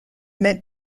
meant